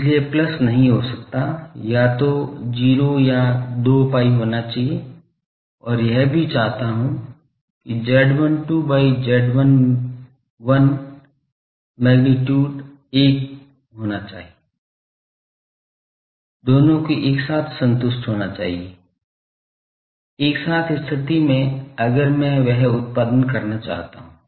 इसलिए प्लस नहीं हो सकता है या तो 0 या 2 pi होना चाहिए और यह भी चाहता हूं कि Z12 by Z11 मैगनीट्यूड 1 होना चाहिए दोनों को एक साथ संतुष्ट होना चाहिए एक साथ स्थिति में अगर मैं वह उत्पादन करना चाहता हूं